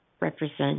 represent